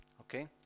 Okay